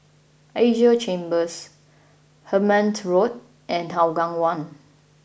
Asia Chambers Hemmant Road and Hougang One